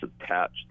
attached